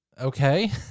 okay